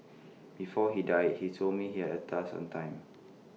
before he died he told me he had A task on time